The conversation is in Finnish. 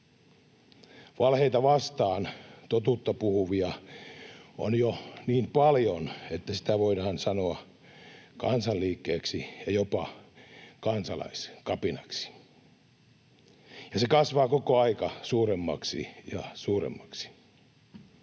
Valheita vastaan totuutta puhuvia on jo niin paljon, että sitä voidaan sanoa kansanliikkeeksi ja jopa kansalaiskapinaksi. Ja se kasvaa koko ajan suuremmaksi ja suuremmaksi.